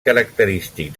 característic